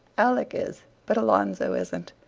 alec is, but alonzo isn't.